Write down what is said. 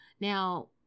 Now